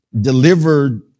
delivered